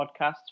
podcast